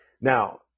Now